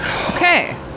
Okay